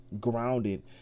grounded